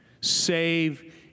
Save